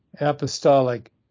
apostolic